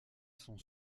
sont